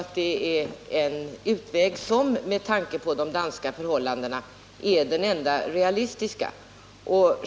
Med tanke på de danska förhållandena tror jag att detta är den enda realistiska utvägen.